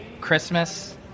Christmas